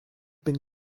been